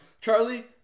Charlie